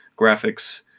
graphics